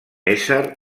ésser